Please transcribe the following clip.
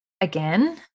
again